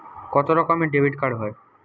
কত রকমের ডেবিটকার্ড হয়?